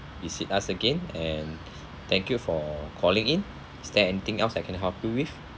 visit us again and thank you for calling in is there anything else I can help you with